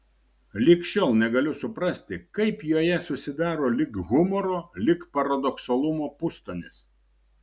lig šiol negaliu suprasti kaip joje susidaro lyg humoro lyg paradoksalumo pustonis